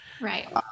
Right